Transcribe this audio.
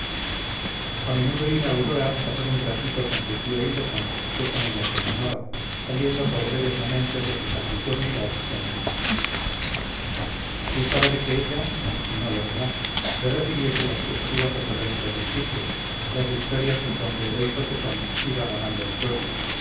a menudo iba aurora a pasar un ratito con su tío ildefonso que con ella se animaba saliendo por breves momentos de su taciturnidad sombría gustaba de que ella y no los demás le refiriese las sucesivas ocurrencias del sitio las victorias que con su heroico tesón iba ganando el pueblo